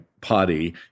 party